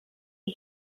die